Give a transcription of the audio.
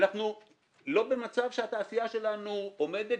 אנחנו לא במצב שהתעשייה שלנו עומדת.